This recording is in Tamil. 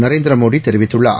நரேந்திர மோடி தெரிவித்துள்ளார்